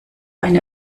eine